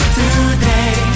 today